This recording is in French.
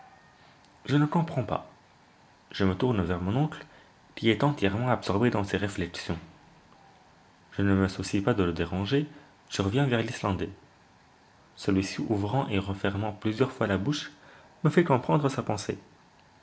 je ne comprends pas je me tourne vers mon oncle qui est entièrement absorbé dans ses réflexions je ne me soucie pas de le déranger je reviens vers l'islandais celui-ci ouvrant et refermant plusieurs fois la bouche me fait comprendre sa pensée